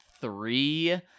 three